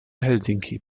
helsinki